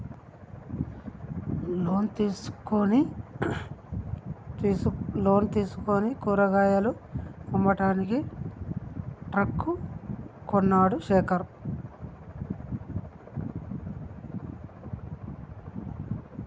loan తీసుకుని కూరగాయలు అమ్మడానికి ట్రక్ కొన్నడు శేఖర్